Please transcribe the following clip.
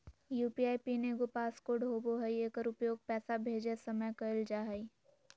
UPI PIN एगो pass code होबो हइ एकर उपयोग पैसा भेजय समय कइल जा हइ